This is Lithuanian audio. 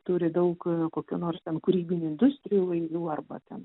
turi daug kokių nors ten kūrybinių industrijų įvairių arba ten